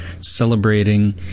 celebrating